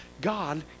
God